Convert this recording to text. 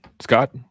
scott